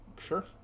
Sure